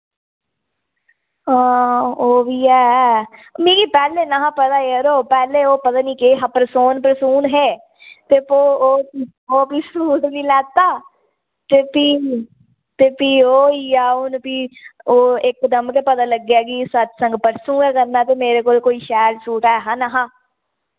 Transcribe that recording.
हां ओह् वि ऐ मिगी पैह्ले नेहा पता यरो पैह्ले ओ पता नी केह् परसोन परसून हे ते पो ओ ओ फ्ही सूट बी लैता ते फ्ही ते फ्ही ओ होइया हू'न फ्ही ओह् इक दम गै पता लग्गेआ कि सतसंग परसु गै करना ते मेरे कोल कोई शैल सूट है हा ने'हा